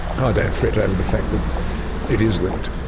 ah don't fret over the fact that it is limited.